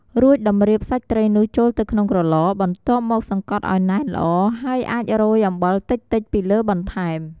រួចតម្រៀបសាច់ត្រីនោះចូលទៅក្នុងក្រឡ បន្ទាប់មកសង្កត់ឱ្យណែនល្អ ហើយអាចរោយអំបិលតិចៗពីលើបន្ថែម។